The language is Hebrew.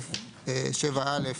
בסעיף (7)(א),